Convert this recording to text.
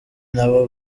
nabo